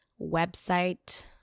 website